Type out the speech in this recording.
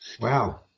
Wow